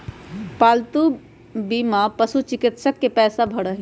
पालतू बीमा पशुचिकित्सा के पैसा भरा हई